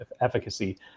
efficacy